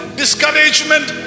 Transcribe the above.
discouragement